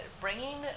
bringing